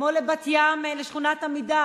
כמו לבת-ים לשכונת-עמידר,